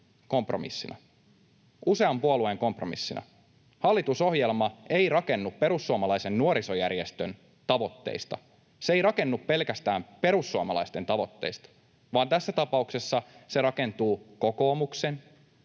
usean puolueen kompromissina. Hallitusohjelma ei rakennu perussuomalaisen nuorisojärjestön tavoitteista, se ei rakennu pelkästään perussuomalaisten tavoitteista, vaan tässä tapauksessa se rakentuu kokoomuksen,